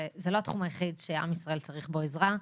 זה לא התחום היחיד שעם ישראל צריך בו עזרה,